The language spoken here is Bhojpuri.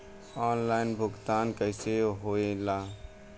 ऑनलाइन भुगतान कैसे होए ला?